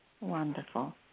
Wonderful